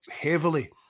heavily